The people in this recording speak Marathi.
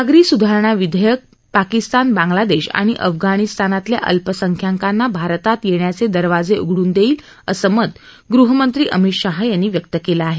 नागरी सुधारणा विधेयक पाकिस्तान बांगलादेश आणि अफगाणिस्तानातल्या अल्पसंख्यांकांना भारतात येण्याचे दरवाजे उघडून देईल असं मत गृहमंत्री अमित शाह यांनी व्यक्त केलं आहे